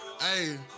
Hey